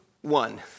one